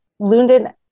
Lundin